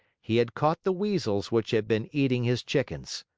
he had caught the weasels which had been eating his chickens.